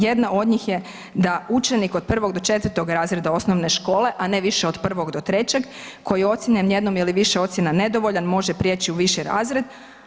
Jedna od njih je da učenik od 1. do 4. razreda osnovne škole, a ne više od 1. do 3. koji je ocijenjen jednom ili više ocjene nedovoljan može prijeći u viši razred.